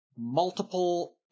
multiple